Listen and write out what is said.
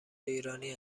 ایرانی